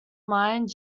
mined